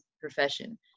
profession